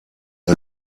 and